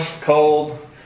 cold